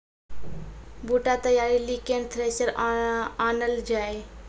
बूटा तैयारी ली केन थ्रेसर आनलऽ जाए?